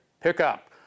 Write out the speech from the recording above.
pickup